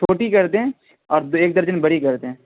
چھوٹی کر دیں اور ایک درجن بڑی کر دیں